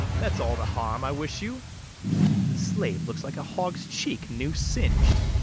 that's all the harm i wish you the slave looks like a hog's cheek new-singed.